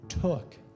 took